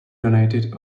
donated